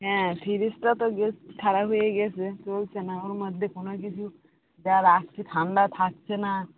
হ্যাঁ ফিরিজটা তো গে খারাপ হয়ে গেছে চলছে না ওর মধ্যে কোনও কিছু যা রাখছি ঠাণ্ডা থাকছে না